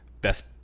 Best